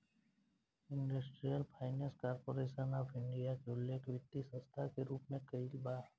industrial finance corporation of India के उल्लेख वित्तीय संस्था के रूप में कईल बा